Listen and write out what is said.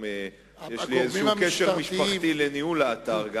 גם יש לי איזה קשר משפחתי לניהול האתר.